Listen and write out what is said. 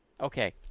Okay